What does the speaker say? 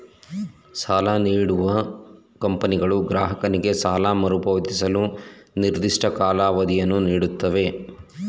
ಸಾಲ ನೀಡುವ ಕಂಪನಿಗಳು ಗ್ರಾಹಕನಿಗೆ ಸಾಲ ಮರುಪಾವತಿಸಲು ನಿರ್ದಿಷ್ಟ ಕಾಲಾವಧಿಯನ್ನು ನೀಡುತ್ತವೆ